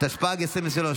התשפ"ג 2023,